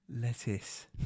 lettuce